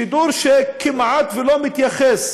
השידור כמעט לא מתייחס